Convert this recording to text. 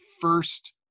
first